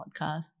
podcasts